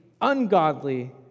ungodly